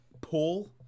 Paul